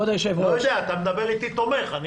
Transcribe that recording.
אני לא יודע, אתה אומר שהוא תומך...